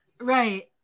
right